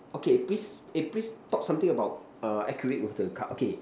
okay please eh please talk something about a accurate of the card okay